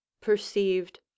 perceived